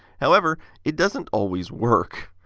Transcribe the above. however, it doesn't always work.